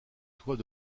toit